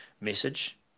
message